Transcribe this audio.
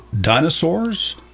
dinosaurs